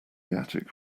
attic